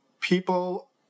people